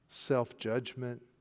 self-judgment